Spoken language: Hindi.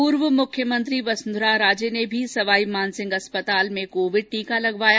पूर्व मुख्यमंत्री वसुंधरा राजे ने भी सवाईमानसिंह अस्पताल में कोविड टीका लगवाया